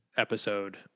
episode